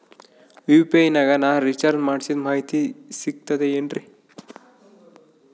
UPI ನಾಗ ನಾ recharge ಮಾಡಿಸಿದ ಮಾಹಿತಿ ಸಿಕ್ತದೆ ಏನ್ರಿ?